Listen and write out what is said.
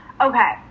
Okay